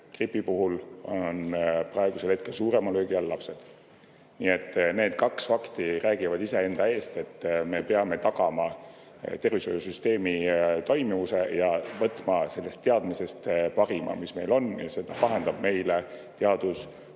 gripi puhul on praegu suurema löögi all lapsed. Nii et need kaks fakti räägivad iseenda eest. Me peame tagama tervishoiusüsteemi toimivuse ja võtma sellest teadmisest parima, mis meil on. Seda vahendab meile teadusnõukoda.